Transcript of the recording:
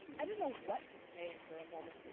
i didn't know what to say for a moment.